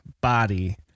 body